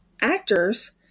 actors